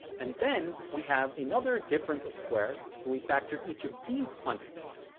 and then we have another difference of squares, so we factor each of these quantities.